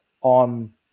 on